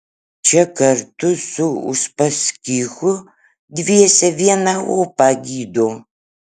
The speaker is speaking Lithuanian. čia kartu su uspaskichu dviese vieną opą gydo